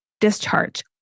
discharge